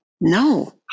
No